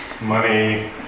money